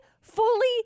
fully